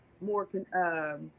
more